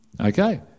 Okay